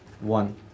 One